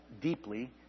deeply